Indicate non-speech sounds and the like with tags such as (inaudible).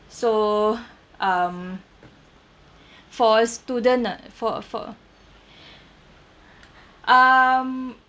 so um for a student uh for for (breath) um